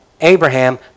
Abraham